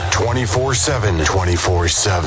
24-7-24-7